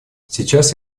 сейчас